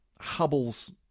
Hubble's